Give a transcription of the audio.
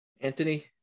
Anthony